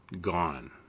gone